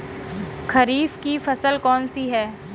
खरीफ की फसल कौन सी है?